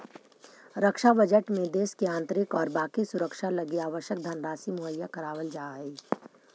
रक्षा बजट में देश के आंतरिक और बाकी सुरक्षा लगी आवश्यक धनराशि मुहैया करावल जा हई